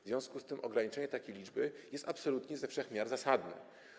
W związku z tym ograniczenie takiej liczby jest absolutnie, ze wszech miar zasadne.